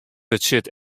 betsjut